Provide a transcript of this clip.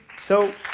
so